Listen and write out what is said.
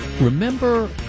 Remember